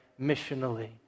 missionally